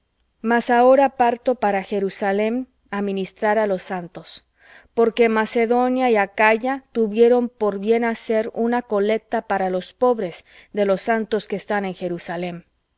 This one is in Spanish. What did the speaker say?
mas ahora parto para jerusalem á ministrar á los santos porque macedonia y acaya tuvieron por bien hacer una colecta para los pobres de los santos que están en jerusalem